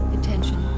Attention